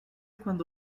cuando